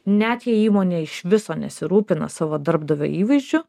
net jei įmonė iš viso nesirūpina savo darbdavio įvaizdžiu